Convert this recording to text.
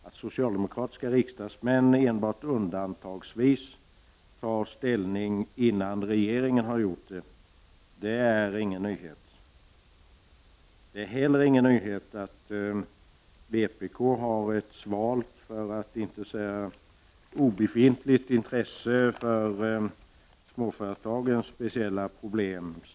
Att socialdemokratiska riksdagsmän endast undantagsvis tar ställning innan regeringen har gjort det är ingen nyhet. Det är heller ingen nyhet att vpk har ett svalt, för att inte säga obefintligt, intresse för småföretagandets speciella problem.